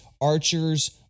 archers